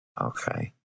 okay